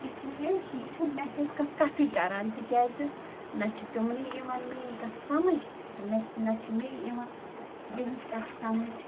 اِس لیے وۄنۍ چھُنہٕ مےٚ سۭتۍ کانٛہہ کَتھٕے کَران تِکیٛازِ نَہ چھِ تِمنٕے یِوان میٛٲنۍ کَتھ سمجھ مےٚ نَہ چھِ مے یِوان تِہنٛز کتھ سمجھ